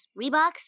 Reeboks